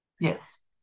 Yes